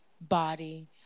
body